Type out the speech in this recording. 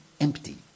empty